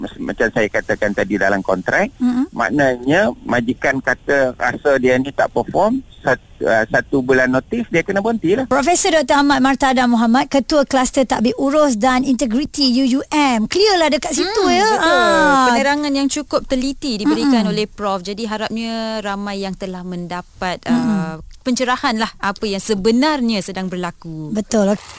Mas- macam saya katakan tadi dalam kontrak, Mhm. maknanya majikan kata rasa dia ni tak perform, sat- ah, satu bulan notis dia kena berhentilah. Profesor Dr. Ahmad Martada Muhammad, Ketua Kluster Tadbir Urus dan Integriti UUM. Clear lah dekat situ, Hmm, ya? betul. Ah. Penerangan yang cukup teliti diberikan Mm-mm. oleh Prof. Jadi harapnya ramai yang telah mendapat, Mm-mm. ah, pencerahan lah apa yang sebenarnya sedang berlaku. Betul.